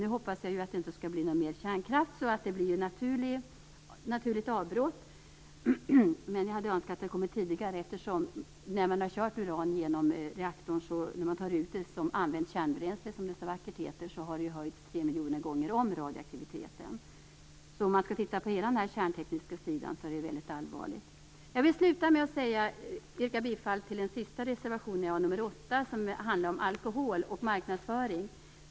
Jag hoppas att det inte blir någon mer kärnkraft och att det blir ett naturligt avbrott, men jag hade önskat att det hade kommit tidigare. När man har kört uran genom reaktorn och tar ut det som använt kärnbränsle, som det så vackert heter, har radioaktiviteten höjts tre miljoner gånger. Hela den kärntekniska sidan är väldigt allvarlig. Jag vill sluta med att yrka bifall till min reservation, nr 8, som handlar om alkohol och marknadsföring.